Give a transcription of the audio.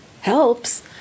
helps